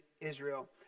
Israel